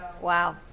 Wow